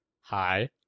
Hi